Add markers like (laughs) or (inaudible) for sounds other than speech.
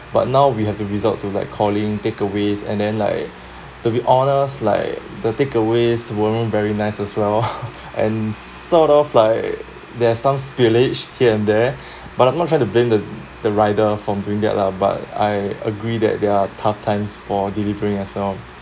but now we have to resort to like calling takeaways and then like to be honest like the takeaways weren't very nice as well (laughs) and sort of like there are some spillage here and there but I'm not trying to blame the the rider from doing that lah but I agree that there are tough times for delivering as well